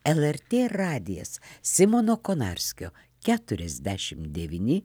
lrt radijas simono konarskio keturiasdešimt devyni